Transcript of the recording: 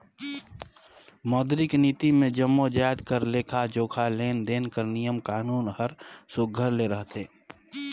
मौद्रिक नीति मे जम्मो जाएत कर लेखा जोखा, लेन देन कर नियम कानून हर सुग्घर ले रहथे